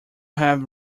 have